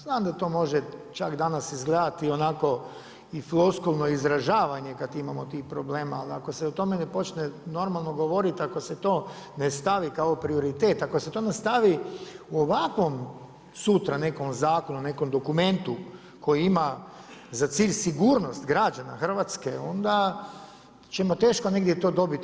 Znam da to može čak danas izgledati onako i floskulo izražavanje kad imamo tih problema, ali ako se o tome ne počne normalno govoriti, ako se to ne stavi kao prioritet, ako se to nastavi u ovakvom sutra, nekom zakonu, nekom dokumentu, koji ima za cilj sigurnost građana Hrvatske, onda ćemo teško to dobiti.